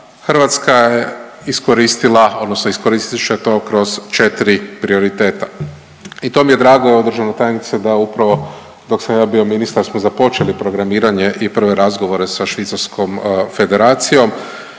Hrvatska je iskoristila odnosno iskoristit će to kroz 4 prioriteta i to mi je drago evo državna tajnice da upravo dok sam ja bio ministar smo započeli programiranje i prve razgovore sa Švicarskom Federacijom